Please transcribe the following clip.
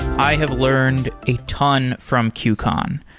i have learned a ton from qcon.